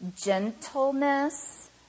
gentleness